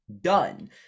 done